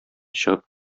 чыгып